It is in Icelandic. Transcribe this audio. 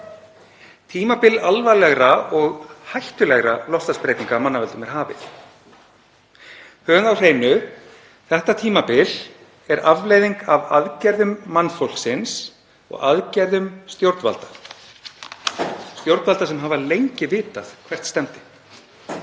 Tímabil alvarlegra og hættulegra loftslagsbreytinga af mannavöldum er hafið. Höfum það á hreinu að þetta tímabil er afleiðing af aðgerðum mannfólksins og stjórnvalda sem hafa lengi vitað hvert stefndi.